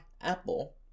Apple